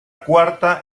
cuarta